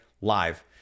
live